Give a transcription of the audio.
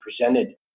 presented